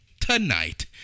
tonight